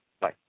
Bye